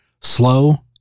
slow